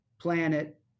planet